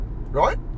right